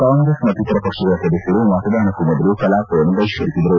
ಕಾಂಗ್ರೆಸ್ ಮತ್ತಿತರ ಪಕ್ಷಗಳ ಸದಸ್ನರು ಮತದಾನಕ್ಕೂ ಮೊದಲು ಕಲಾಪವನ್ನು ಬಹಿಷ್ತರಿಸಿದರು